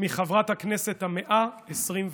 מחברת הכנסת ה-121.